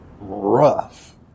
rough